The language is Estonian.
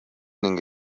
ning